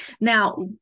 Now